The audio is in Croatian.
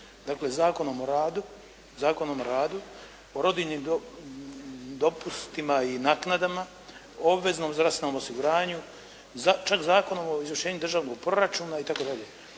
Dakle sa Zakonom o radu, o rodiljnim dopustima i naknadama, obveznom zdravstvenom osiguranju, Zakonom o izvršenju državnog proračuna i